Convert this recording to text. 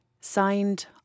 Signed